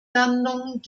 landung